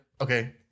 Okay